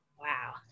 wow